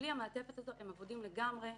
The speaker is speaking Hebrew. בלי המעטפת הזאת הם אבודים לגמרי,